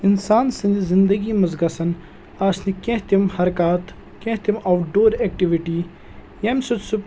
اِنسان سٕنٛدِس زندگی منٛز گژھن آسنہِ کینٛہہ تِم حرکات کینٛہہ تِم آوُٹ ڈور ایٚکٹِوِٹی ییٚمہِ سۭتۍ سُہ